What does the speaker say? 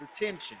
attention